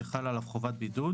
שחלה עליו חובת בידוד,